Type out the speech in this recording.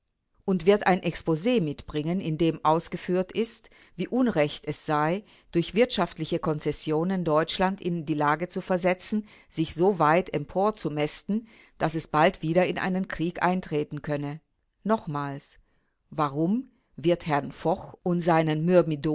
und wird ein expos mitbringen in dem ausgeführt ist wie unrecht es sei durch wirtschaftliche konzessionen deutschland in die lage zu versetzen sich so weit emporzumästen daß es bald wieder in einen krieg eintreten könne nochmals warum wird herrn foch und seinen